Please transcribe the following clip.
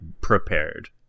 prepared